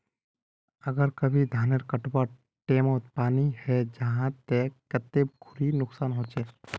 अगर कभी धानेर कटवार टैमोत पानी है जहा ते कते खुरी नुकसान होचए?